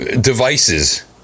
devices